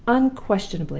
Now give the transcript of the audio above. unquestionably!